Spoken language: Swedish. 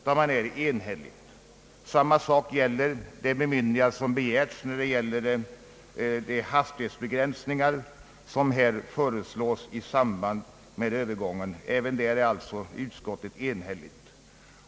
Detsamma gäller det bemyndigande som begärts för de föreslagna hastighetsbegränsningarna i samband med övergången. Även där är utskottet alltså enhälligt.